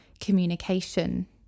communication